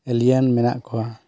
ᱮᱞᱤᱭᱟᱱ ᱢᱮᱱᱟᱜ ᱠᱚᱣᱟ